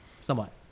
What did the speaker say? somewhat